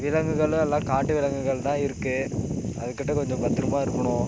விலங்குகளும் எல்லாம் காட்டு விலங்குகள்தான் இருக்குது அதுக்கிட்டே கொஞ்சம் பத்திரமாக இருக்கணும்